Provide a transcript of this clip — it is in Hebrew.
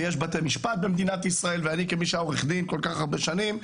ויש בתי משפט במדינת ישראל ואני כמי שהיה עורך דין כל כך הרבה שנים,